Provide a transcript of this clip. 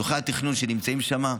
צורכי התכנון שנמצאים שם,